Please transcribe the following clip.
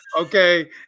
Okay